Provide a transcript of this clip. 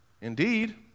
Indeed